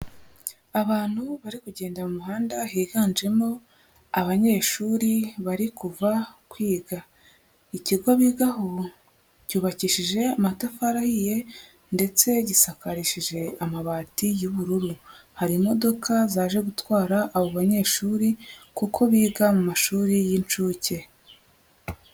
Abantu bari kugenda mu muhanda higanjemo abanyeshuri bari kuva kwiga, ikigo bigaho cyubakishije amatafari ahiye ndetse gisakarishije amabati y'ubururu, hari imodoka zaje gutwara abo banyeshuri kuko biga mu mashuri y'inshuke.